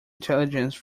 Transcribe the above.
intelligence